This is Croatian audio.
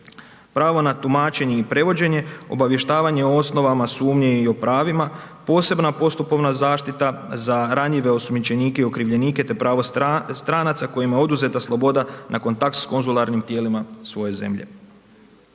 pravo na tumačenje i prevođenje, obavještavanje o osnovama sumnje i o pravima, posebna postupovna zaštita za ranjive osumnjičenike i okrivljenike te pravo stranaca kojima je oduzeta sloboda na kontakt sa konzularnim tijelima svoje zemlje.